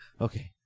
Okay